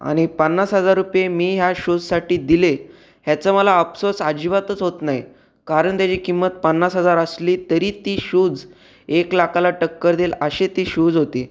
आणि पन्नास हजार रुपये मी ह्या शूजसाठी दिले ह्याचा मला अफसोस अजिबातच होत नाही कारण त्याची किंमत पन्नास हजार असली तरी ती शूज एक लाखाला टक्कर देईल असे ती शूज होती